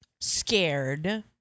scared